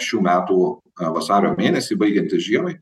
šių metų vasario mėnesį baigiantis žiemai